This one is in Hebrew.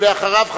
ואחריו,